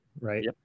Right